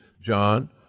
John